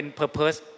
purpose